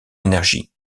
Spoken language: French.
énergie